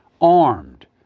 armed